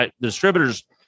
distributors